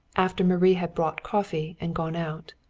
after marie had brought coffee and gone out.